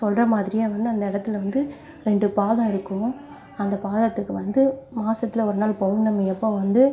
சொல்கிற மாதிரியே வந்து அந்த இடத்துல வந்து ரெண்டு பாதம் இருக்கும் அந்த பாதத்துக்கு வந்து மாதத்துல ஒரு நாள் பவுர்ணமி அப்போ வந்து